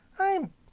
I'm